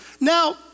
Now